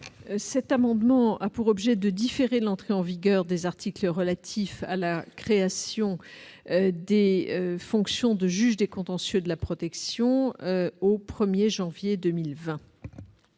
Cet amendement a pour objet de différer l'entrée en vigueur des articles relatifs à la création des fonctions de juge des contentieux de la protection au 1 janvier 2020.